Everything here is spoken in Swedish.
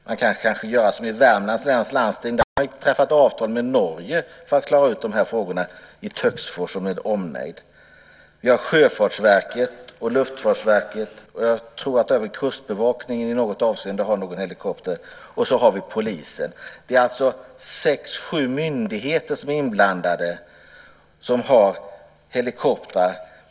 Man kan kanske göra som i Värmlands läns landsting, som har träffat avtal med Norge för att klara ut de här frågorna i Töcksfors med omnejd. Vi har Sjöfartsverket och Luftfartsverket, och jag tror att även Kustbevakningen i något avseende har någon helikopter, och så har vi polisen. Det är alltså sex sju myndigheter som är inblandade och har helikoptrar.